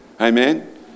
Amen